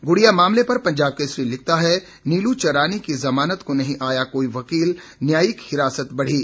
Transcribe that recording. गुड़िया मामले पर पंजाब केसरी लिखता है नीलू चरानी की जमानत को नहीं आया कोई वकील न्यायिक हिरासत बढ़ी